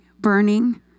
burning